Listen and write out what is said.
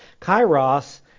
Kairos